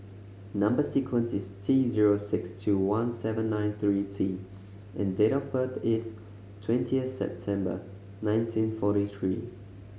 number sequence is T zero six two one seven nine three T and date of birth is twentieth September nineteen forty three